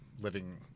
living